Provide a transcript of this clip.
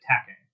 attacking